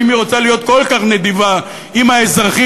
אם היא רוצה להיות כל כך נדיבה עם האזרחים,